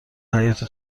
حیاط